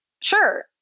Sure